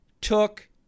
took